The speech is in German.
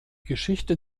geschichte